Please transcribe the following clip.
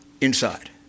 inside